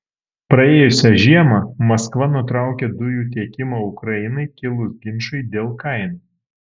praėjusią žiemą maskva nutraukė dujų tiekimą ukrainai kilus ginčui dėl kainų